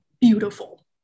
beautiful